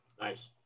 Nice